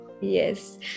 yes